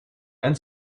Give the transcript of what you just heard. and